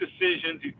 decisions